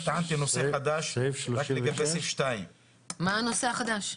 טענתי נושא חדש רק לגבי סעיף 2. מה הנושא החדש?